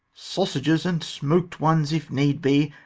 sausages, and smoak'd ones if need be,